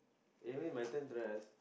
anyway my turn to right ask